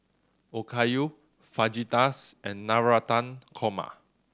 Okayu Fajitas and Navratan Korma